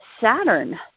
Saturn